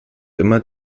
immer